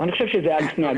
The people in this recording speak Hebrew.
שני נושאים